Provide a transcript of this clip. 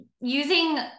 using